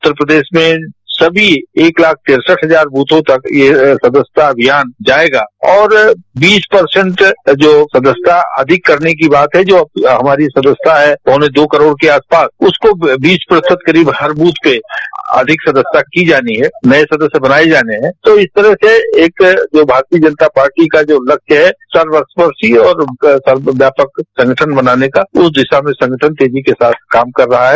उत्तर प्रदेश में सभी एक लाख तिरसठ हजार द्वथों तक यह सदस्यता अमियान जायेगा और बीस प्रतिशत जो सदस्यता अधिक करने की बात है जो हमारी सदस्यता पौने दो करोड़ के आसपास उसको बीस प्रतिशत करीब हर दूथ पर अधिक सदस्यता की जानी है नये सदस्य बनाये जाने है तो इस तरह से एक भारतीय जनता पार्टी का जो लक्ष्य है सर्वस्पशी और सर्वव्यापक संगठन बनाने का उस दिशा में संगठन तेजी से काम करेगा